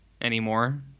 anymore